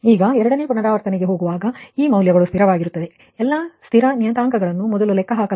ಈಗ ಎರಡನೇ ಪುನರಾವರ್ತನೆಗಾಗಿ ನೀವು ಎರಡನೇ ಪುನರಾವರ್ತನೆಗೆ ಹೋಗುವಾಗ ಈ ಮೌಲ್ಯಗಳು ಸ್ಥಿರವಾಗಿರುತ್ತವೆ ಎಲ್ಲಾ ಸ್ಥಿರ ನಿಯತಾಂಕಗಳನ್ನು ಮೊದಲು ಲೆಕ್ಕಹಾಕಲಾಗುತ್ತದೆ